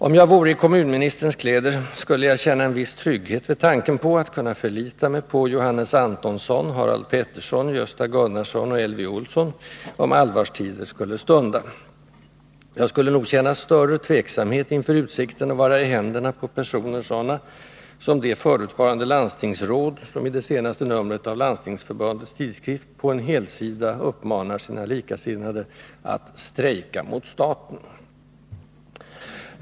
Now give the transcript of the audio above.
Om jag vore i kommunministerns kläder skulle jag känna en viss trygghet vid tanken på att kunna förlita mig på Johannes Antonsson, Harald Pettersson, Gösta Gunnarsson och Elvy Olsson, om allvarstider skulle stunda. Jag skulle nog känna större tveksamhet inför utsikten att vara i händerna på personer sådana som det förutvarande landstingsråd som i det senaste numret av Landstingsförbundets tidskrift på en helsida uppmanar sina likasinnade att ”strejka mot staten”.